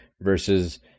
versus